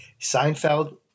Seinfeld